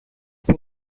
από